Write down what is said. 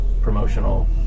promotional